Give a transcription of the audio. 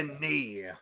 knee